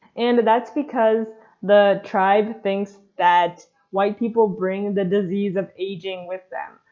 and that's because the tribe thinks that white people bring the disease of aging with them.